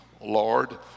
Lord